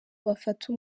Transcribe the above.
bafata